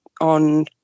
on